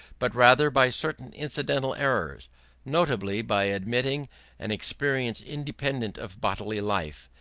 but rather by certain incidental errors notably by admitting an experience independent of bodily life,